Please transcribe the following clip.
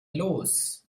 los